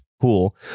Cool